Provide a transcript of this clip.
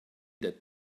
that